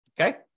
okay